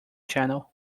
channel